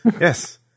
Yes